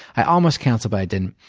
i almost cancelled but i didn't.